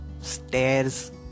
stairs